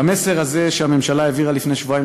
והמסר שהממשלה העבירה לפני שבועיים,